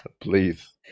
please